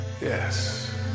Yes